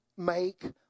Make